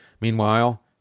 Meanwhile